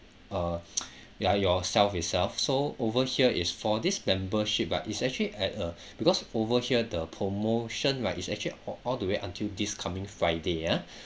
uh ya yourself itself so over here is for this membership right is actually at a because over here the promotion right is actually all all the way until this coming friday ah